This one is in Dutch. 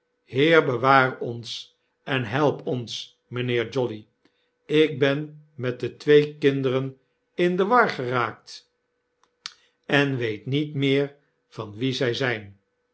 heer bewaar ons en help ons mynheer jolly ik ben met de twee kinderen in dewar geraakt en weet niet meer van wie zyzjjn en